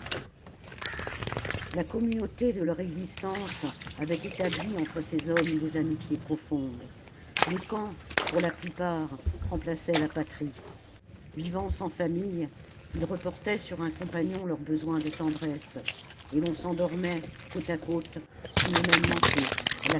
la communauté de leur existence avait établi entre ces hommes des amitiés profondes le camp pour la plupart remplaçait la patrie vivant sans famille ils reportaient sur un compagnon leur besoin de tendresse et l'on s'endormait côte à côte sous le même